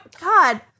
God